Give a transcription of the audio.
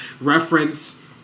reference